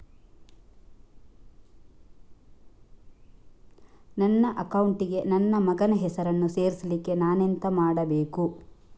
ನನ್ನ ಅಕೌಂಟ್ ಗೆ ನನ್ನ ಮಗನ ಹೆಸರನ್ನು ಸೇರಿಸ್ಲಿಕ್ಕೆ ನಾನೆಂತ ಮಾಡಬೇಕು?